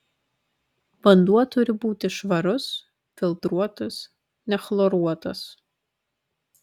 vanduo turi būti švarus filtruotas nechloruotas